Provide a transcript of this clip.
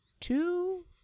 two